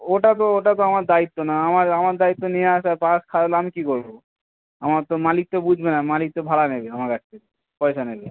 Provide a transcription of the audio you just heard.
ওটা তো ওটা তো আমার দায়িত্ব না আমার আমার দায়িত্ব নিয়ে আসা বাস খারাপ হলে আমি কী করবো আমার তো মালিক তো বুঝবে না মালিক তো ভাড়া নেবে আমার কাছ থেকে পয়সা নেবে